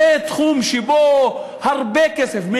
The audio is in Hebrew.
זה תחום שבו הרבה כסף,